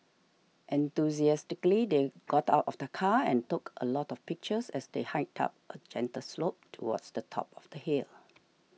enthusiastically they got out of the car and took a lot of pictures as they hiked up a gentle slope towards the top of the hill